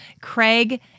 Craig